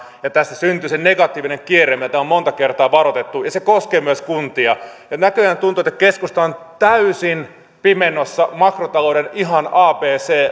ja tästä syntyy se negatiivinen kierre mistä täällä on monta kertaa varoitettu ja se koskee myös kuntia näköjään tuntuu että keskusta on täysin pimennossa makrotalouden ihan abc